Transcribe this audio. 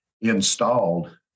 installed